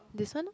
this one lor